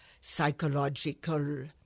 psychological